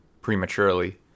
prematurely